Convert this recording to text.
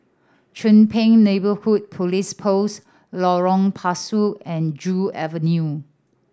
Chong Pang Neighbourhood Police Post Lorong Pasu and Joo Avenue